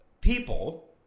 people